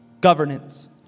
governance